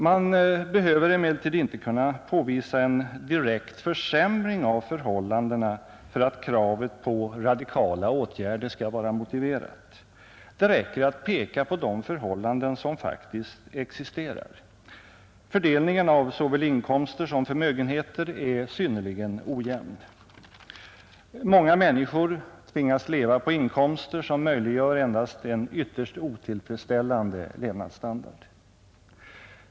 Man behöver emellertid inte kunna påvisa en direkt försämring av förhållandena för att kravet på radikala åtgärder skall vara motiverat. Det räcker att peka på de förhållanden som faktiskt existerar. Fördelningen av såväl inkomster som förmögenheter är synnerligen ojämn. Många människor tvingas leva på inkomster som möjliggör endast en ytterst otillfredsställande levnadsstandard.